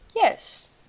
Yes